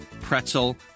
pretzel